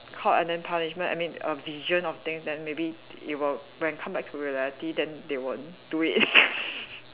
caught and then punishment I mean a vision of things that maybe it will when come back to reality then they won't do it